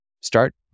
Start